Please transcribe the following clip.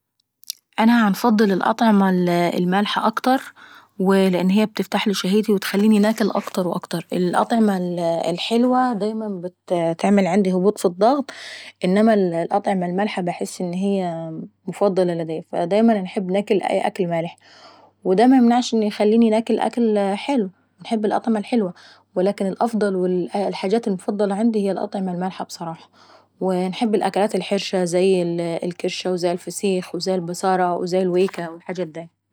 انا بفضل الأطعمة المالحة اكتر، لان هي بتفتحلي شهتي وتخليني ناكل اكتر واكتر. اما الأطعمة الحلوة دايما بتعمل عيندي هبوط في الضغط انما الأطعمة المالحة باحس ان هي المفضلة لدي. ودايما باحب ناكل الوكل المالح. ودا ميمنعش اني يخليني ناكل الوكل الحلو، وانا برضه باحب الاطعمة الحلوة. ولكن الافضل والحاجات المفضلة عيندي هي الاطعمة المالحة ابصراحة. وانحب الاكلات الحرشة زي الكرشة وزي الفسيخ زي الويكة وزي البصارة والحاجات داي.